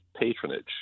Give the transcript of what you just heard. patronage